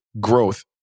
growth